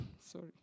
sorry